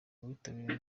witabiriwe